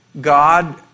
God